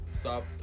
stop